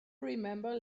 remember